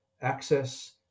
access